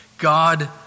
God